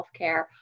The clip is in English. healthcare